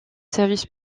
services